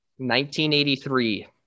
1983